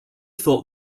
thought